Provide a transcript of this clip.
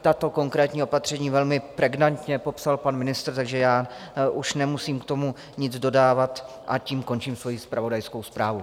Tato konkrétní opatření velmi pregnantně popsal pan ministr, takže já už nemusím k tomu nic dodávat a tím končím svoji zpravodajskou zprávu.